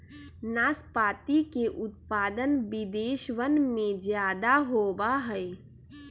नाशपाती के उत्पादन विदेशवन में ज्यादा होवा हई